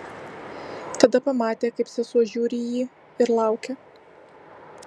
tada pamatė kaip sesuo žiūri į jį ir laukia